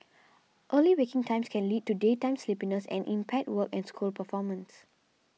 early waking times can lead to daytime sleepiness and impaired work and school performance